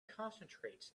concentrates